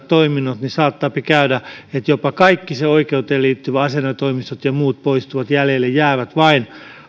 toiminnot niin saattaapi käydä että jopa kaikki se oikeuteen liittyvä asianajotoimistot ja muut poistuu jäljelle jäävät vain